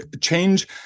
change